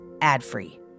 ad-free